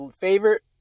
Favorite